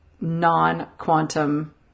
non-quantum